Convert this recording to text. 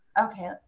okay